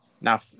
Now